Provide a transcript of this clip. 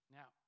Now